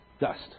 Dust